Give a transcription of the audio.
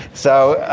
so,